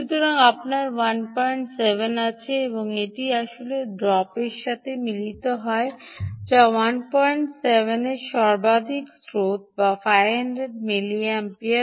সুতরাং আপনার 17 আছে এবং এটি আসলে ড্রপের সাথে মিলিত হয় যা 17 এবং সর্বাধিক স্রোত যা 500 মিলিমিপিয়ার